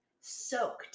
soaked